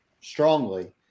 strongly